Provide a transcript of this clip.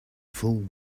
fall